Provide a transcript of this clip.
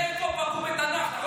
תגיד איפה פגעו בתנ"ך.